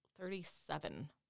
Thirty-seven